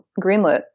greenlit